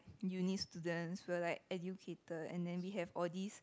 uni students we're like educated and then we have all these